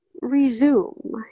Resume